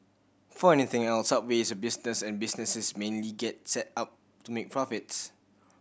before anything else Subway is a business and businesses mainly get set up to make profits